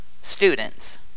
students